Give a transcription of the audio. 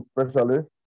specialist